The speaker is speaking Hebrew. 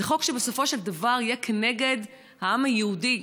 זה חוק שבסופו של דבר יהיה כנגד העם היהודי.